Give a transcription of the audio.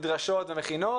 המדרשות והמכינות,